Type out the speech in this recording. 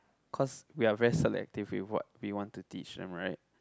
cause we are very selective with what we want to teach them right